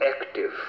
active